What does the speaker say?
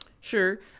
Sure